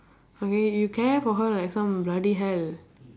okay you care for her like some bloody hell